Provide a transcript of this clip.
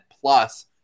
plus